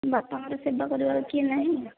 ବାପାଙ୍କର ସେବା କରିବାର କେହି ନାହିଁ